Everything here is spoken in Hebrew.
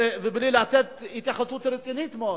ובלי לתת התייחסות רצינית מאוד,